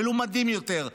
מלומדים יותר,